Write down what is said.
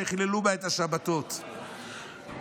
שחיללו בה את השבת" ללפיד,